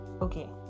okay